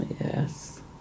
Yes